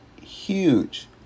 huge